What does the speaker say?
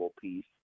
piece